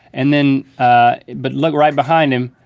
and then ah but look right behind him,